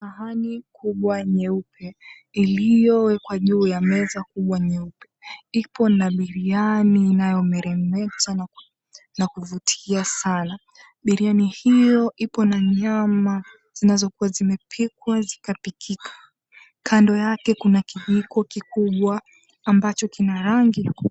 Sahani kubwa nyeupe iliyowekwa juu ya meza kubwa nyeupe, ipo na biriani inayo meremeta na kuvutia sana. Biriani hiyo ipo na nyama zinazokuwa zimepikwa zikapikika. Kando yake kuna kijiko kikubwa ambacho kina rangi.